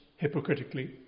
hypocritically